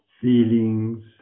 Feelings